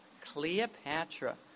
Cleopatra